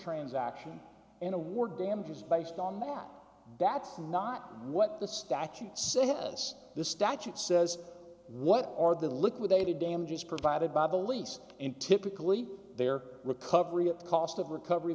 transaction in awarded damages based on that that's not what the statute says this statute says what are the liquidated damages provided by the lease in typically their recovery at cost of recover